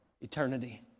eternity